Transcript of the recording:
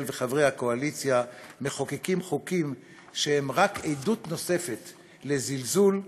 וחברי הקואליציה מחוקקים חוקים שהם רק עדות נוספת לזלזול,